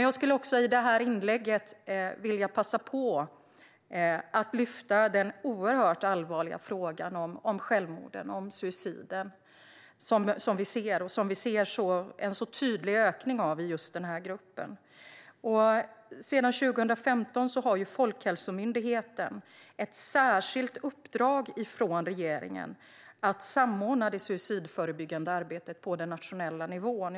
Jag skulle också i det här inlägget vilja passa på att lyfta den oerhört allvarliga frågan om självmorden, som vi ser en så tydlig ökning av i just den här gruppen. Sedan 2015 har Folkhälsomyndigheten ett särskilt uppdrag från regeringen att samordna det suicidförebyggande arbetet på den nationella nivån.